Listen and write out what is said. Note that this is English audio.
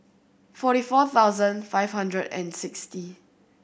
forty four thousand five hundred and sixty